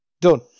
done